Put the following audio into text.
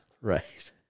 Right